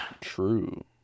True